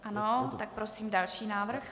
Ano, tak prosím další návrh.